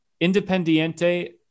Independiente